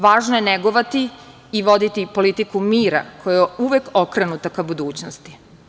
Važno je negovati i voditi politiku mira, koja je uvek okrenuta ka budućnosti.